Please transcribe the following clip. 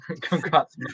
Congrats